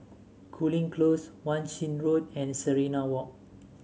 Cooling Close Wan Shih Road and Serenade Walk